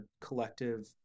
collective